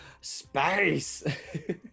Space